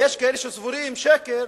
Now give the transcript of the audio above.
ויש כאלה שסבורים ששקר,